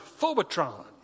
phobotron